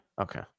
Okay